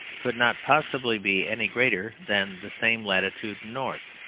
could not possibly be any greater than the same latitude north